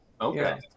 Okay